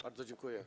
Bardzo dziękuję.